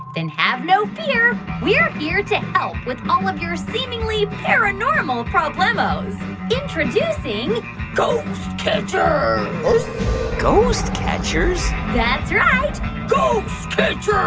then have no fear we're here to help with all of your seemingly paranormal problemos introducing ghost catchers ghost catchers? that's right ghost catchers